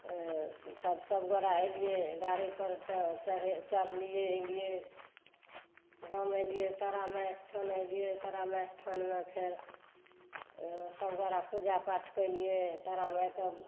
तब सभगोरा एलिए गाड़ीपर चढ़लिए एलिए गाम एलिए तारामाइ स्थान ऐलिए तारामाइ स्थानमे फेर सभगोरा पूजा पाठ केलिए तारामाइके